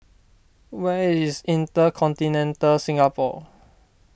where is Intercontinental Singapore